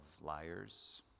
liars